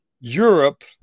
Europe